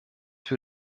für